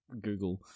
Google